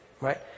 right